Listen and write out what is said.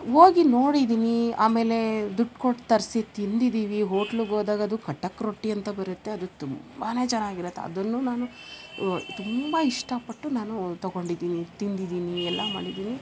ಹೋಗಿ ನೋಡಿದ್ದೀನಿ ಆಮೇಲೆ ದುಡ್ಡು ಕೊಟ್ಟು ತರಿಸಿ ತಿಂದಿದ್ದೀವಿ ಹೋಟ್ಲ್ಗೋದಾಗ ಅದು ಖಡಕ್ ರೊಟ್ಟಿ ಅಂತ ಬರುತ್ತೆ ಅದು ತುಂಬಾನೆ ಚೆನ್ನಾಗಿರುತ್ತೆ ಅದನ್ನು ನಾನು ತುಂಬ ಇಷ್ಟಪಟ್ಟು ನಾನು ತಗೊಂಡಿದ್ದೀನಿ ತಿಂದಿದ್ದೀನಿ ಎಲ್ಲಾ ಮಾಡಿದ್ದೀನಿ